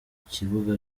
kibuga